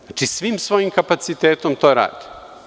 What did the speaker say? Znači, svim svojim kapacitetom to rade.